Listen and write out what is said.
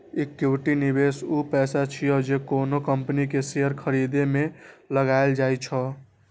equity निवेश ऊ पैसा छियै, जे कोनो कंपनी के शेयर खरीदे मे लगाएल जाइ छै